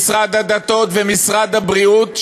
המשרד לשירותי דת ומשרד הבריאות,